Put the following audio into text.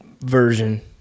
version